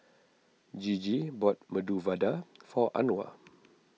Gigi bought Medu Vada for Anwar